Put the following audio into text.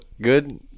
good